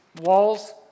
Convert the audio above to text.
walls